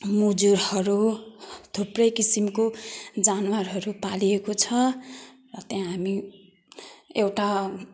मुजुरहरू थुप्रै किसिमको जनावरहरू पालिएको छ र त्यहाँ हामी एउटा